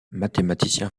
mathématicien